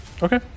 Okay